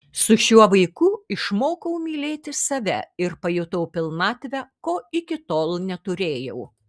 su šiuo vaiku išmokau mylėti save ir pajutau pilnatvę ko iki tol neturėjau